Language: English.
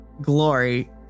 Glory